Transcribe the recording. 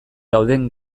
dauden